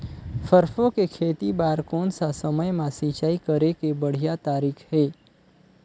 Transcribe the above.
सरसो के खेती बार कोन सा समय मां सिंचाई करे के बढ़िया तारीक हे?